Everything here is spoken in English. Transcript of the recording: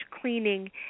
cleaning